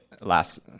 last